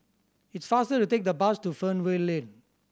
it's faster to take the bus to Fernvale Lane